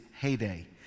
heyday